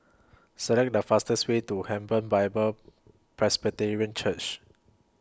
Select The fastest Way to Hebron Bible Presbyterian Church